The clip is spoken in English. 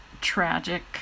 tragic